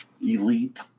elite